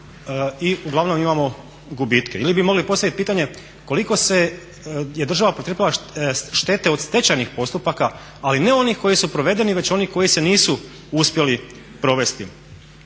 i uglavnom imamo gubitke. Ili bi mogli postavit pitanje koliko je država pretrpjela štete od stečajnih postupaka, ali ne onih koji su provedeni već onih koji se nisu uspjeli provesti.